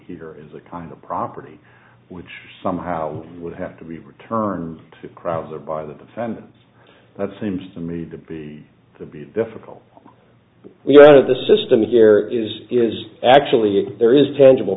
here is a kind of property which somehow would have to be returned to crowds or by the defendant that seems to me to be to be difficult we're out of the system here is is actually there is tangible